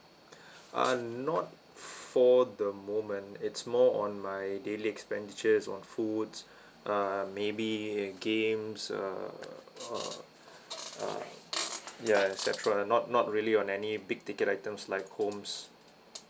uh not for the moment it's more on my daily expenditures on food uh maybe games err uh ya et cetera not not really on any big ticket items like homes